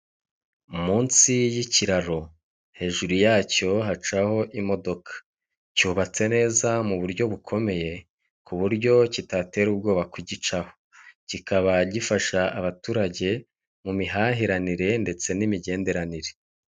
Munsi y'ikiraro hejuru yacyo hacaho imodoka, cyubatse neza mu buryo bukomeye ku buryo kitatera ubwoba kugicaho, kikaba gifasha abaturage mu mihahiranire ndetse n'imigenderanire.